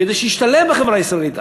כדי שישתלב בחברה הישראלית.